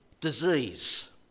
disease